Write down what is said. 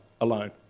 alone